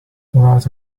without